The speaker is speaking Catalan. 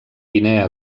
guinea